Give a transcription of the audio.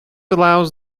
allows